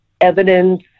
evidence